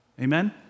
Amen